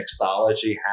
Mixology